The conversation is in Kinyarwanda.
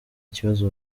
kibazo